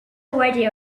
already